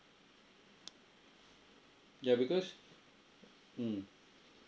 yeah because mm